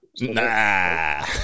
Nah